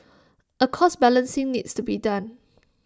A cost balancing needs to be done